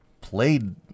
played